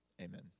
Amen